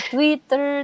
Twitter